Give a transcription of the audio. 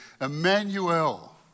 Emmanuel